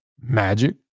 Magic